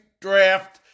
draft